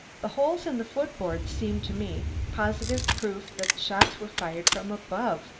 the holes in the foot-board seem to me positive proof that the shots were fired from above,